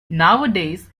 nowadays